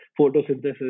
photosynthesis